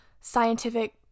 scientific